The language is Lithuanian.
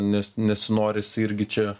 nes nesinori si irgi čia